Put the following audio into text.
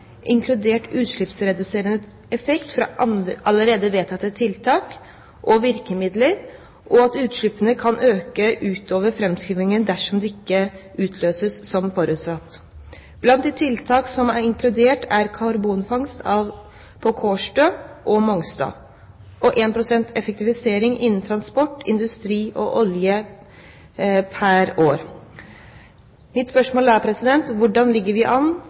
utslippsreduserende effekt fra allerede vedtatte tiltak og virkemidler, og at utslippene kan øke utover fremskrivningen dersom disse ikke utløses som forutsatt. Blant de tiltak som er inkludert, er karbonfangst på Kårstø og Mongstad og 1 pst. effektivisering innen transport, industri og olje pr. år. Hvordan ligger vi i dag an